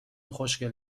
خوشگل